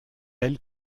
ailes